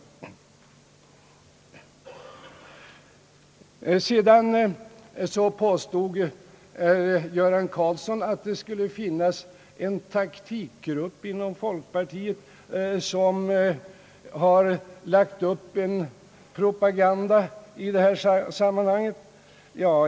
Ett annat av herr Göran Karlssons påståenden är att det skulle finnas en taktikgrupp inom folkpartiet med uppgift att lägga upp propagandan.